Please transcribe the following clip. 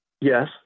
Yes